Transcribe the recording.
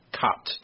cut